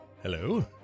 Hello